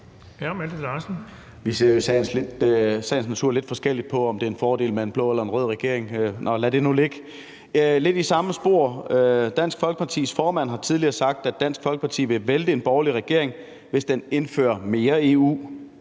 Vi ser jo i sagens natur lidt forskelligt på, om det er en fordel med en blå eller en rød regering. Lad det nu ligge. Lidt i samme spor vil jeg spørge om noget: Dansk Folkepartis formand har tidligere sagt, at Dansk Folkeparti vil vælte en borgerlig regering, hvis den indfører mere EU,